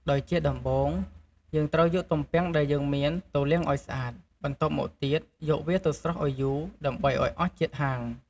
ដោយជាដំបូង យើងត្រូវយកទំពាំងដែលយើងមានទៅលាងឲ្យស្អាត បន្ទាប់មកទៀតយកវាទៅស្រុះឲ្យយូរ ដើម្បីឱ្យអស់ជាតិហាង។